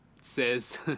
says